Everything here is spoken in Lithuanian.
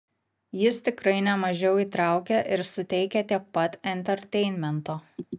jis tikrai nemažiau įtraukia ir suteikia tiek pat enterteinmento